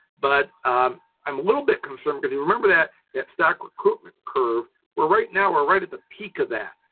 but i'm a little bit concerned cause you remember that stock recruitment curve where right now, we're right at the peak of that.